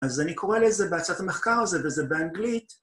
אז אני קורא לזה בהצעת המחקר הזה, וזה באנגלית.